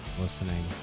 listening